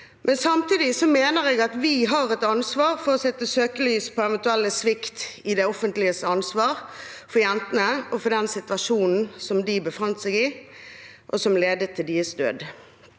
Samtidig mener jeg at vi har et ansvar for å sette søkelys på eventuell svikt i det offentliges ansvar for jentene og for den situasjonen de befant seg i, og som ledet til deres død.